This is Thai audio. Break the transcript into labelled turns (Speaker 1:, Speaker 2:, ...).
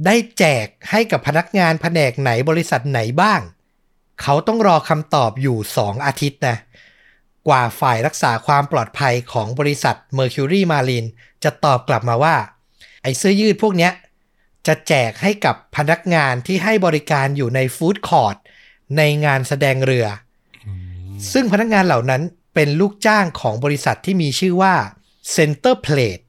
Speaker 1: ได้แจกให้กับพนักงานแผนกไหนบริษัทไหนบ้าง เขาต้องรอคำตอบอยู่สองอาทิตย์นะ กว่าฝ่ายรักษาความปลอดภัยของบริษัท Mercury Marine จะตอบกลับมาว่าไอ้เสื้อยืดพวกเนี้ยจะแจกให้กับพนักงานที่ให้บริการอยู่ใน food court ในงานแสดงเรือ
Speaker 2: โอ้
Speaker 1: ซึ่งพนักงานเหล่านั้นเป็นลูกจ้างของบริษัทที่มีชื่อว่า Centerplate